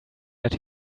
that